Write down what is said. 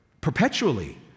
perpetually